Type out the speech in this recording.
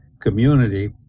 community